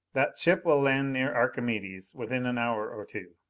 that ship will land near archimedes, within an hour or two.